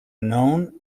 known